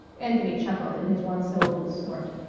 anthony chuckled in his one-syllable snort.